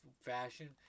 fashion